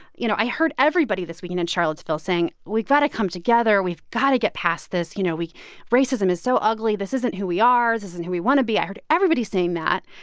you know, i heard everybody this weekend in charlottesville saying, we've got to come together. we've got to get past this. you know, we racism is so ugly. this isn't who we are. this isn't who we want to be. i heard everybody saying that.